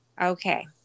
Okay